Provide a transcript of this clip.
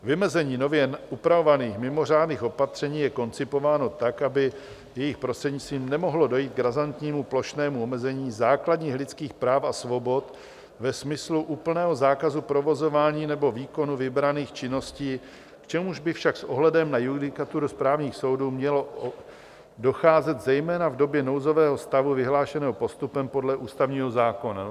Vymezení nově upravovaných mimořádných opatření je koncipováno tak, aby jejich prostřednictvím nemohlo dojít k razantnímu plošnému omezení základních lidských práv a svobod ve smyslu úplného zákazu provozování nebo výkonu vybraných činností, k čemuž by však s ohledem na judikaturu správních soudů mělo docházet zejména v době nouzového stavu vyhlášeného postupem podle ústavního zákona.